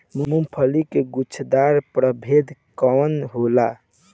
मूँगफली के गुछेदार प्रभेद कौन होला?